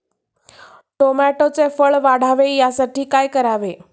टोमॅटोचे फळ वाढावे यासाठी काय करावे?